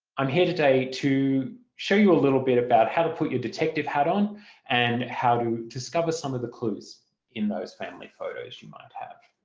i'm here today to show you a little bit about how to put your detective hat on and how to discover some of the clues in those family photos you might have.